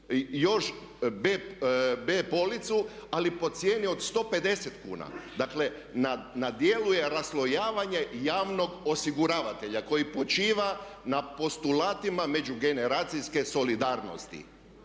još B policu ali po cijeni od 150 kuna. Dakle na djelu je raslojavanje javnog osiguravatelja koji počiva na postulatima međugeneracijske solidarnosti.